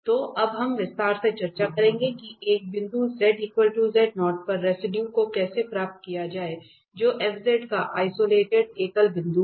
तो अब हम विस्तार से चर्चा करेंगे कि एक बिंदु पर रेसिडुए को कैसे प्राप्त किया जाए जो f का आइसोलेटेड एकल बिंदु है